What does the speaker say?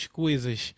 coisas